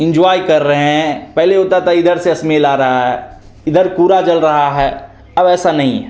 enjoy कर रहें हैं पहले होता था इधर से अस्मेल आ रहा है इधर कूड़ा जल रहा है अब ऐसा नहीं है